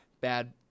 bad